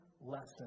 lesson